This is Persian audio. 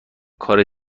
کار